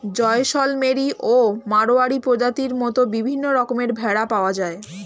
জয়সলমেরি ও মাড়োয়ারি প্রজাতির মত বিভিন্ন রকমের ভেড়া পাওয়া যায়